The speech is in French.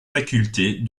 facultés